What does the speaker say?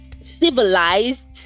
civilized